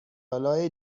آلا